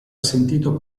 sentito